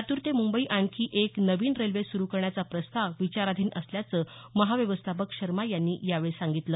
लातूर ते मुंबई आणखी एक नवीन रेल्वे सुरु करण्याचा प्रस्ताव विचाराधीन असल्याचं महाव्यवस्थापक शर्मा यांनी यावेळी सांगितलं